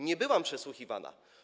Nie byłam przesłuchiwana.